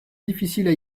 difficiles